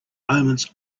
omens